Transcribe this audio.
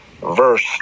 Verse